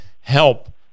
help